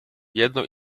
jedno